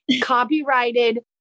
Copyrighted